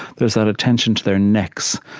there's that attention to their necks,